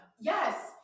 Yes